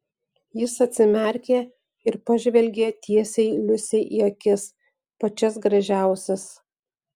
jis atsimerkė ir pažvelgė tiesiai liusei į akis pačias gražiausias